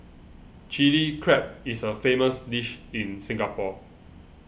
Chilli Crab is a famous dish in Singapore